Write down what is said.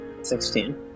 16